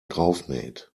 draufnäht